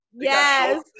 yes